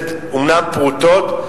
זה אומנם פרוטות,